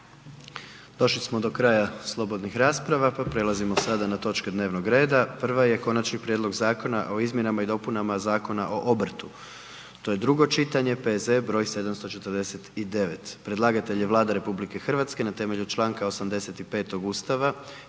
Došli smo do kraja slobodnih rasprava pa prelazimo sada na točke dnevnog reda. Prva je: - Konačni prijedlog zakona o izmjenama i dopunama Zakona o obrtu, drugo čitanje, P.Z. br. 749. Predlagatelj je Vlada RH na temelju čl. 85. Ustava